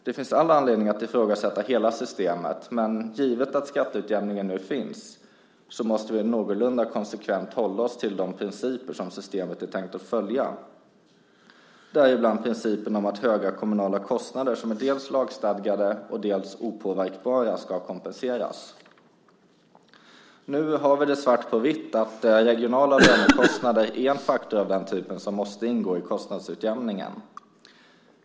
Det finns all anledning att ifrågasätta hela systemet, men givet att skatteutjämningen finns måste vi någorlunda konsekvent hålla oss till de principer systemet är tänkt att följa, däribland principen om att höga kommunala kostnader som dels är lagstadgade, dels är opåverkbara ska kompenseras. Nu har vi svart på vitt att regionala lönekostnader är en faktor av den typ som måste ingå i kostnadsutjämningen.